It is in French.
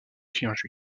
clients